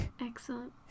Excellent